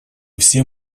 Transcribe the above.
все